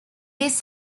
this